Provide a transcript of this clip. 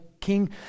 king